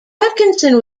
atkinson